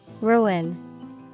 Ruin